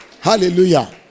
Hallelujah